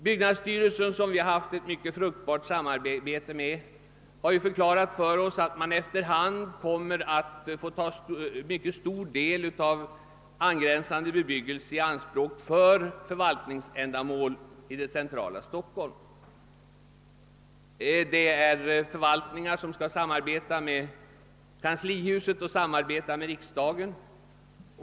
Byggnadsstyrelsen, som vi haft ett mycket fruktbart samarbete: med, har förklarat för oss att man kommer att få ta en stor del av angränsande bebyggelse i det centrala Stockholm :i anspråk för förvaltningsändamål. Det gäller förvaltningar som skall samarbeta med kanslihuset och riksdagen.